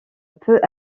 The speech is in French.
peut